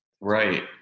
Right